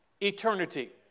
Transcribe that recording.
Eternity